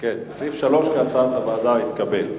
שסעיף 3, כהצעת הוועדה, התקבל.